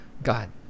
God